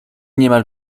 niemal